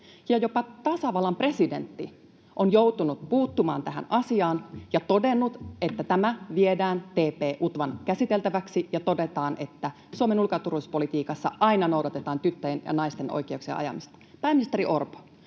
ja jopa tasavallan presidentti on joutunut puuttumaan tähän asiaan ja todennut, että tämä viedään TP-UTVAn käsiteltäväksi ja todetaan, että Suomen ulko- ja turvallisuuspolitiikassa aina noudatetaan tyttöjen ja naisten oikeuksien ajamista. Pääministeri Orpo,